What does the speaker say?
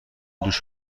دوش